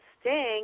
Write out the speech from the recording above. sting